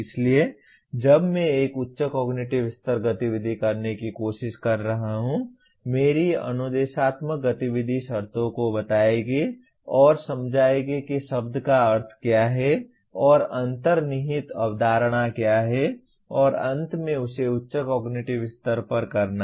इसलिए जब मैं एक उच्च कॉग्निटिव स्तर गतिविधि करने की कोशिश कर रहा हूँ मेरी अनुदेशात्मक गतिविधि शर्तों को बताएगी और समझाएगी कि शब्द का अर्थ क्या है और अंतर्निहित अवधारणा क्या है और अंत में उसे उच्च कॉग्निटिव स्तर पर करना है